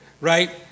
Right